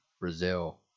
Brazil